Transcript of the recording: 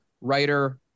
Writer